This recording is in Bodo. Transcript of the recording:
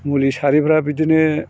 मुलि सारैफ्रा बिदिनो